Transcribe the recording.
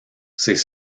c’est